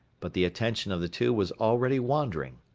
but the attention of the two was already wandering.